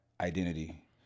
identity